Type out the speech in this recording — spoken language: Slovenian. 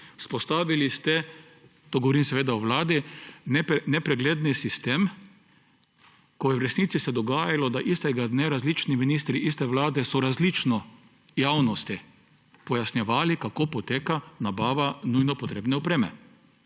Vzpostavili ste, govorim seveda o vladi, nepregleden sistem, ko se je v resnici dogajalo, da so istega dne različni ministri iste vlade različno javnosti pojasnjevali, kako poteka nabava nujno potrebne opreme.